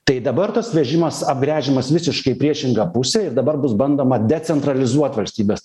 tai dabar tas vežimas apgręžiamas visiškai į priešingą pusę ir dabar bus bandoma decentralizuot valstybės